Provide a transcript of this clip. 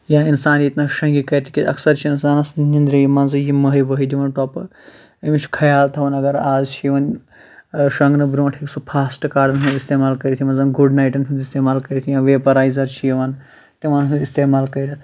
یا اِنسان ییٚتہِ نَس شۄنٛگہِ کرِ تِکیٛاز اَکثر چھِ اِنسانَس نیٚنٛدرِ منٛزٕے یِم مٔہۍ ؤہۍ دِوان ٹۄپہٕ أمِس چھُ خیال تھاوُن اگر آز چھِ یِوان اگر شۄنٛگنہٕ برٛونٛٹھٕے سُہ فاسٹ کاڈَن ہُنٛد اِستعمال کٔرِتھ یِمَن زَن گُڈ نایٹَن ہُنٛد استعمال کٔرِتھ یا ویٚپرایزَر چھِ یِوان تِمَن ہُنٛد استعمال کٔرِتھ